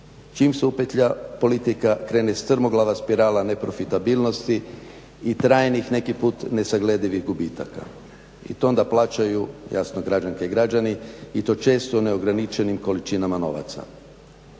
čim se upetlja politika, krene strmoglava spirala neprofitabilnosti i trajnih nekih put nesagledivih gubitaka i to onda plaćaju jasno građanke i građani i to često neograničenim količinama novaca,